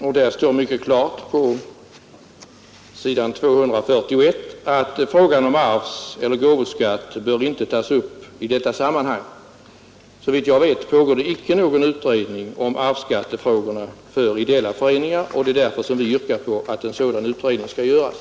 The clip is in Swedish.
Där står mycket klart på s. 241 att frågan om arvseller gåvoskatt inte bör tas upp i sammanhanget. Såvitt jag vet pågår ingen utredning om arvsskattefrågorna för ideella föreningar. Det är därför vi har yrkat att en sådan utredning skall göras.